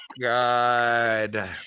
God